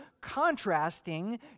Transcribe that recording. contrasting